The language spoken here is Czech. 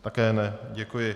Také ne, děkuji.